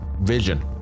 vision